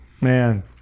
man